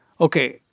okay